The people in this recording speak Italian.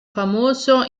famoso